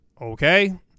Okay